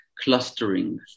clustering